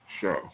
show